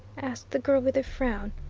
asked the girl with a frown.